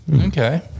Okay